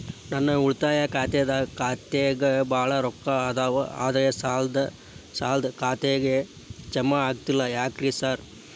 ನನ್ ಉಳಿತಾಯ ಖಾತ್ಯಾಗ ಬಾಳ್ ರೊಕ್ಕಾ ಅದಾವ ಆದ್ರೆ ಸಾಲ್ದ ಖಾತೆಗೆ ಜಮಾ ಆಗ್ತಿಲ್ಲ ಯಾಕ್ರೇ ಸಾರ್?